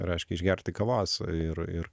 raiškia išgerti kavos ir ir